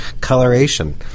coloration